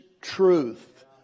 truth